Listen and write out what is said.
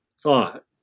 thought